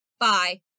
Bye